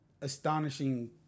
astonishing